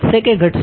વધશે કે ઘટશે